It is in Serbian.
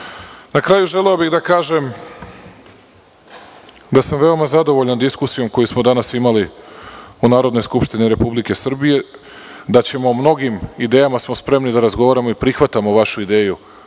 kraju želeo bih da kažem da sam veoma zadovoljan diskusijom koju smo danas imali u Narodnoj skupštini Republike Srbije, o mnogim idejama smo spremni da razgovaramo i prihvatamo vašu ideju